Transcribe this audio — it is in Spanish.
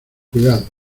cuidado